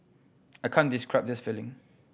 I can't describe this feeling